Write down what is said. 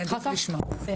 אחר כך, בהחלט.